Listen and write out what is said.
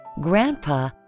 grandpa